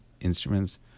instruments